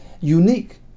unique